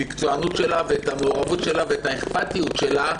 המקצוענות שלה, את המעורבות שלה ואת האכפתיות שלה,